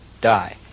die